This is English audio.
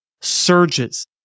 surges